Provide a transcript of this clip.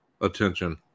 attention